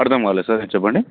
అర్ధం కాలేదు సార్ ఏంటి చెప్పండి